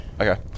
Okay